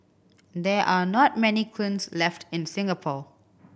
there are not many kilns left in Singapore